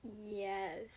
Yes